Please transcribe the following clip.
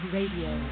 Radio